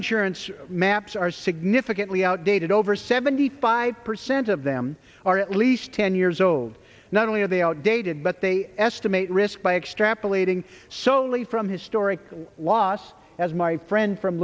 insurance maps are significantly outdated over seventy five percent of them are at least ten years old not only are they outdated but they estimate risk by extrapolating solely from historic loss as my friend from